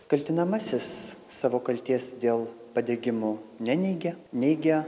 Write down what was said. kaltinamasis savo kaltės dėl padegimo neneigė neigė